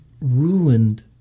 ruined